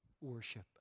Worship